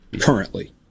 currently